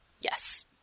yes